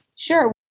Sure